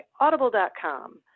Audible.com